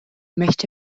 möchte